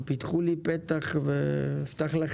הבעיה מוכרת וידועה.